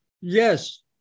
Yes